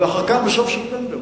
ואחר כך בסוף ספטמבר.